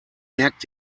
merkt